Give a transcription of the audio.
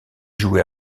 jouer